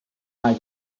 are